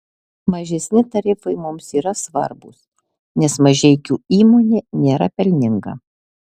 mažesni tarifai mums yra svarbūs nes mažeikių įmonė nėra pelninga